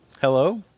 Hello